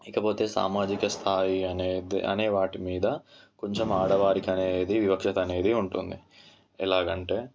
ఇకపోతే సామాజిక స్థాయి అనేది అనే వాటి మీద కొంచెం ఆడ వారికి అనేది కొంచెం వివక్షత అనేది ఉంటుంది ఎలాగంటే